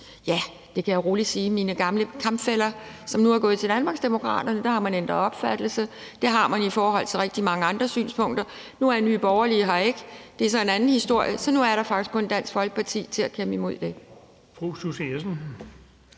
ja, det kan jeg jo rolig sige – mine gamle kampfæller, som nu er gået til Danmarksdemokraterne, ændret opfattelse. Det har man i forhold til rigtig mange andre synspunkter. Nu er Nye Borgerlige her ikke, men det er så en anden historie. Så nu er der faktisk kun Dansk Folkeparti til at kæmpe imod det.